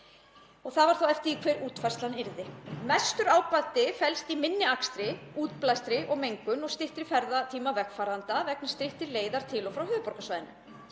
Það var þá eftir því hver útfærslan yrði. Mestur ábati felst í minni akstri, útblæstri og mengun og styttri ferðatíma vegfarenda vegna styttri leiða til og frá höfuðborgarsvæðinu.